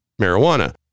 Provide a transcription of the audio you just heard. marijuana